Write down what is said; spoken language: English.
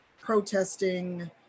protesting